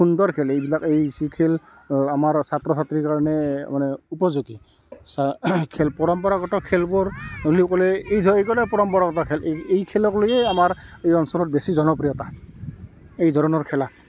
সুন্দৰ খেল এইবিলাক এই যি খেল হ'ল আমাৰ ছাত্ৰ ছাত্ৰীৰ কাৰণে মানে উপযোগী চা খেল পৰম্পৰাগত খেলবোৰ ক'বলৈ গ'লে এইবোৰেই পৰম্পৰাগত খেল এই খেলক লৈয়ে আমাৰ এই অঞ্চলত বেছি জনপ্ৰিয়তা এই ধৰণৰ খেলা